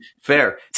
Fair